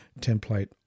template